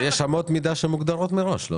אבל יש אמות מידה שמוגדרות מראש.